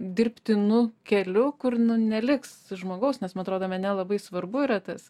dirbtinu keliu kur neliks žmogaus nes man atrodo mene labai svarbu yra tas